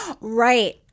right